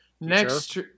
Next